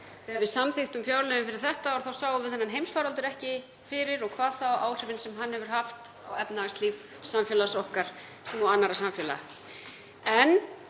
við samþykktum fjárlögin fyrir þetta ár sáum við þennan heimsfaraldur ekki fyrir og hvað þá áhrifin sem hann hefur haft á efnahagslíf samfélags okkar sem og annarra samfélaga. Það